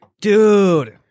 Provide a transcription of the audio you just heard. Dude